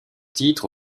titre